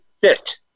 fit